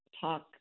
talk